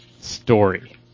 story